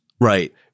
Right